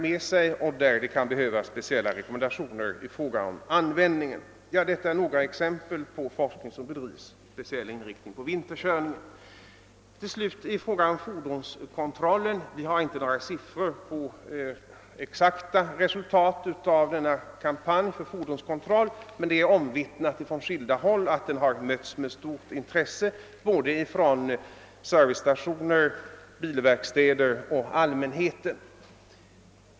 Det kan härvidlag behövas vissa rekommendationer i fråga om användningen. Detta är några exempel på den forskning som bedrivs med speciell inriktning på vinterförhållanden. I fråga om fordonskontrollen har vi inte några exakta siffror beträffande resultatet av kampanjen »Fordonskontroll», men det är omvittnat från skilda håll att denna mötts med stort intresse från servicestationer, bilverkstäder och allmänhet.